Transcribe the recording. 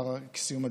לאחר סיום הדיון.